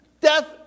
death